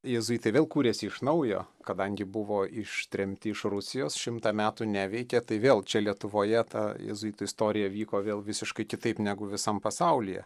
jėzuitai vėl kūrėsi iš naujo kadangi buvo ištremti iš rusijos šimtą metų neveikė tai vėl čia lietuvoje ta jėzuitų istorija vyko vėl visiškai kitaip negu visam pasaulyje